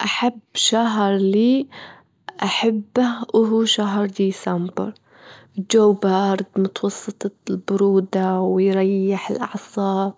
أحب شهر لي أحبه هو شهر ديسمبر، الجو بارد، منوسط البرودة، ويريح الأعصاب،